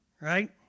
Right